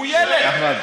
הוא ילד.